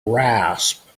rasp